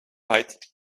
right